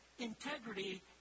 Integrity